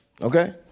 Okay